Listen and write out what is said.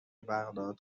بغداد